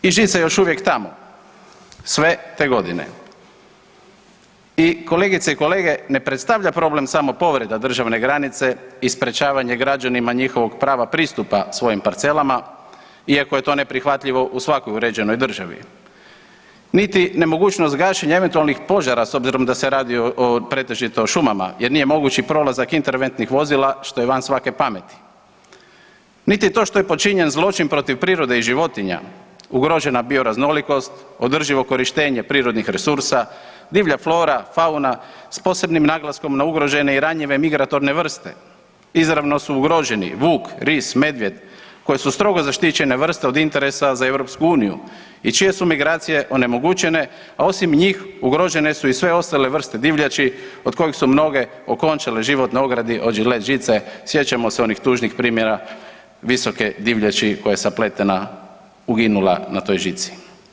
I žica je još uvijek tamo sve te godine i kolegice i kolege, ne predstavlja problem samo povreda državne granice i sprečavanje građanima njihovog prava pristupa svojim parcelama, iako je to neprihvatljivo u svakoj uređenoj državi niti nemogućnost gašenja eventualnih požara, s obzirom da se radi o pretežito šumama jer nije mogući prolazak interventnih vozila, što je van svake pameti, niti to što je počinjen zločin protiv prirode i životinja, ugrožena bioraznolikost, održivo korištenje prirodnih resursa, divlja flora, fauna, s posebnim naglaskom na ugrožene i ranjive migratorne vrste, izravno su ugroženi vuk, ris, medvjed, koji su strogo zaštićene vrste od interesa za EU i čije su migracije onemogućene, a osim njih, ugrožene su i sve ostale vrste divljači od kojih su mnoge okončale život na ogradi od žilet-žice, sjećamo se onih tužnih primjera visoke divljači koja je sapletena uginula na toj žici.